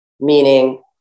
Meaning